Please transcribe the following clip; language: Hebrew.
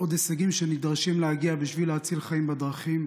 עוד הישגים שנדרשים להגיע בשביל להציל חיים בדרכים.